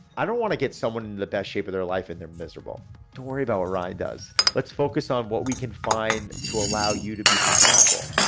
i don't want to get someone in the best shape of their life and they're miserable to worry about right. does. let's focus on what we can find to allow you to be successful